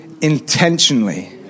intentionally